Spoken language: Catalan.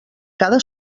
cada